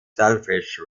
shellfish